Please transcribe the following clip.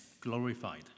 glorified